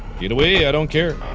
get away, i don't care.